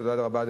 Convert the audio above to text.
תודה רבה,